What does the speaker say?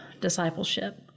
discipleship